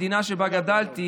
המדינה שבה גדלתי,